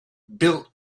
built